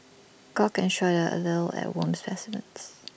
gawk and shudder A little at worm specimens